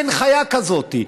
אין חיה כזאת.